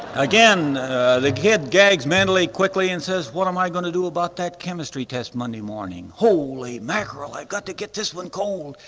again the kid gags mentally quickly and says what am i going to do about that chemistry test monday morning, holy mackerel, i've got to get this one cold.